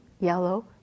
yellow